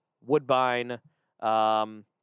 Woodbine